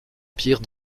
pire